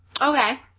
Okay